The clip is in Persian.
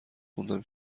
خوندم